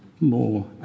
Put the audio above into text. more